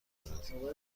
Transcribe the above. کند